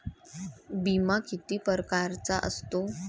बिमा किती परकारचा असतो?